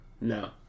No